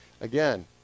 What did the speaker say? again